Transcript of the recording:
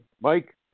Mike